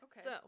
okay